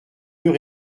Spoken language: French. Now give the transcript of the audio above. deux